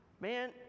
Man